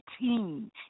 team